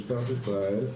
משטרת ישראל,